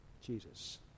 Jesus